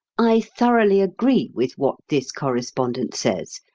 i thoroughly agree with what this correspondent says,